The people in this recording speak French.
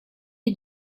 est